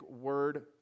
word